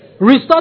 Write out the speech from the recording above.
Restore